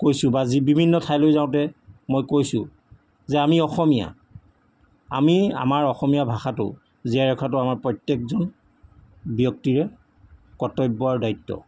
কৈছোঁ বা যি বিভিন্ন ঠাইলৈ যাওঁতে মই কৈছোঁ যে আমি অসমীয়া আমি আমাৰ অসমীয়া ভাষাটো জীয়াই ৰখাটো আমাৰ প্ৰত্যেকজন ব্যক্তিৰে কৰ্তব্য আৰু দায়িত্ব